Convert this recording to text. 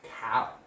Cow